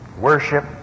worship